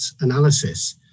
analysis